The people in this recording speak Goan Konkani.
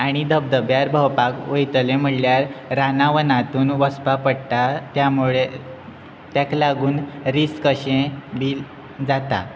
आनी धबधब्यार भोंवपाक वयतले म्हणल्यार रानां वनांतून वचपा पडटा त्या मुळे ताका लागून रिस्क अशें बी जाता